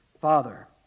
Father